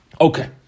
Okay